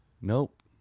Nope